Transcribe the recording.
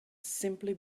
simply